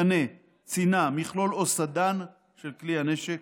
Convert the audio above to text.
קנה, צינה, מכלול או סדן של כלי הנשק,